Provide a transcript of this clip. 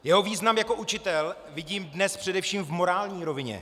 Jeho význam jako učitel vidím dnes především v morální rovině.